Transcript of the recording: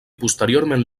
posteriorment